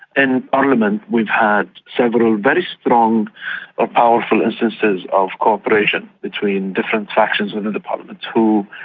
in parliament we've had several very strong or powerful instances of cooperation between different factions within the parliament who,